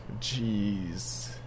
Jeez